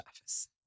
office